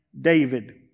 David